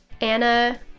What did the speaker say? Anna